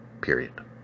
Period